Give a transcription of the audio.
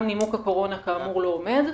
גם נימוק הקורונה, כאמור, לא עומד.